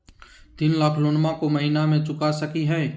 तीन लाख लोनमा को महीना मे चुका सकी हय?